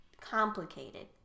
Complicated